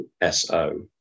S-O